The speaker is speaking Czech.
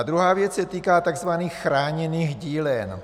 Druhá věc se týká tzv. chráněných dílen.